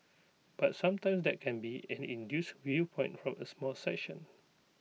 but sometimes that can be an induced viewpoint from A small section